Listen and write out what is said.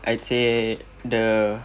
I'd say the